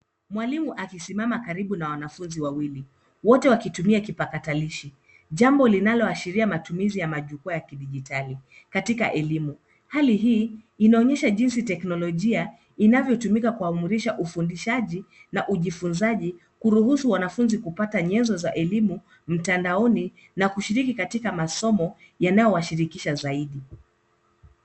Mwalimu akisimama karibu na wanafunzi wawili, wote wakitumia kipakatalishi, jambo linaloshiria matumizi ya majukwaa ya kidijitali katika elimu. Hali hii inaonyesha jinsi teknolojia inavyotumika kuamrisha ufundishaji na ujifunzaji kuruhusu wanafunzi kupata nyenzo za elimu mtandaoni na kushiriki katika masomo yanayo washirikisha zaidi.